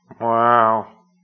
Wow